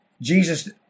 Jesus